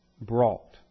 brought